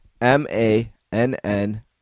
M-A-N-N